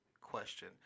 question